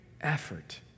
effort